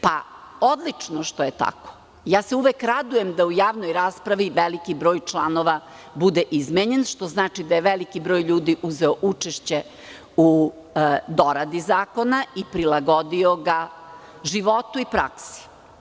Pa, odlično što je tako, ja se uvek radujem da u javnoj raspravi veliki broj članova bude izmenjen što znači da je veliki broj ljudi uzeo učešće u doradi zakona i prilagodi ga životu i praksi.